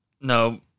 No